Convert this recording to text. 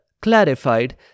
clarified